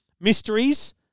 mysteries